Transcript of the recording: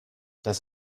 das